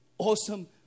Awesome